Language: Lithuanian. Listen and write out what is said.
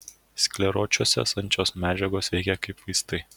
skleročiuose esančios medžiagos veikia kaip vaistai